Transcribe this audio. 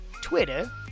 Twitter